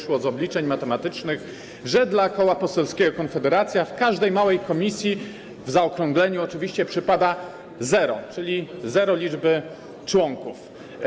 Z obliczeń matematycznych wynika, że dla Koła Poselskiego Konfederacja w każdej małej komisji, w zaokrągleniu oczywiście, przypada zero, czyli zerowa liczba członków.